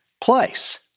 place